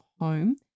home